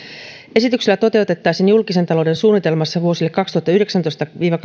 esityksellä toteutettaisiin julkisen talouden suunnitelmassa vuosille kaksituhattayhdeksäntoista viiva